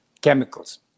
chemicals